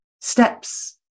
steps